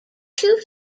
two